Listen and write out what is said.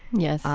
yes,